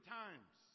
times